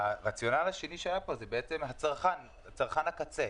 הרציונל השני שהיה פה זה הצרכן, צרכן הקצה,